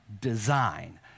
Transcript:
design